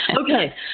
Okay